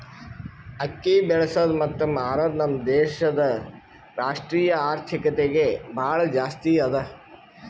ಅಕ್ಕಿ ಬೆಳಸದ್ ಮತ್ತ ಮಾರದ್ ನಮ್ ದೇಶದ್ ರಾಷ್ಟ್ರೀಯ ಆರ್ಥಿಕತೆಗೆ ಭಾಳ ಜಾಸ್ತಿ ಅದಾ